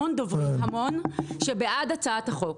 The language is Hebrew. המון שהם בעד הצעת החוק.